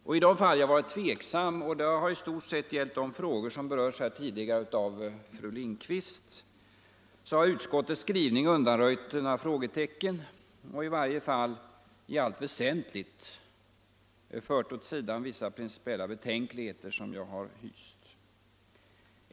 Och i de fall jag varit tveksam — det har i stort sett gällt de frågor som tidigare berörts av fru Lindquist — har utskottets skrivning undanröjt några frågetecken och i varje fall i allt väsentligt Nr 94 fört åt sidan vissa principiella betänkligheter som jag har hyst.